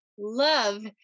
love